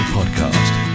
Podcast